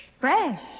Fresh